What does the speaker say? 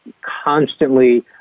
constantly